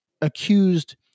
accused